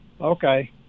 Okay